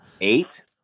eight